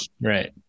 right